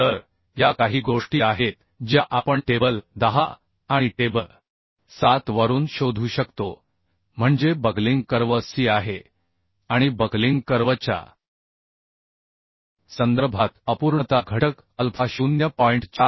तर या काही गोष्टी आहेत ज्या आपण टेबल 10 आणि टेबल 7 वरून शोधू शकतो म्हणजे बकलिंग कर्व सी आहे आणि बकलिंग कर्वच्या संदर्भात अपूर्णता घटक अल्फा 0 आहे